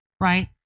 right